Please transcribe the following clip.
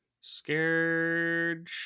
Scared